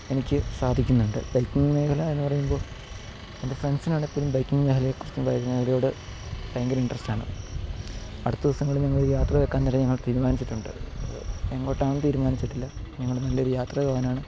എനിക്ക് സാധിക്കുന്നുണ്ട് ബൈക്കിംഗ് മേഖല എന്ന് പറയുമ്പോൾ എൻ്റെ ഫ്രണ്ട്സിനാണെൽപോലും ബൈകിങ് മേഖലയെക്കുറിച്ച് മേഖലയോട് ഭയങ്കര ഇൻട്രസ്റ്റ് ആണ് അടുത്ത ദിവസങ്ങളിൽ ഞങ്ങൾ യാത്ര വെക്കാൻ തന്നെ ഞങ്ങൾ തീരുമാനിച്ചിട്ടുണ്ട് എങ്ങോട്ടാണ് തീരുമാനിച്ചിട്ടില്ല ഞങ്ങൾ നല്ലൊരു യാത്ര പോകാനാണ്